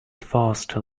faster